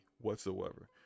whatsoever